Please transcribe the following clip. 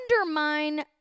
undermine